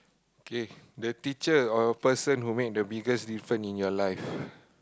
okay the teacher or person who make the biggest difference in your life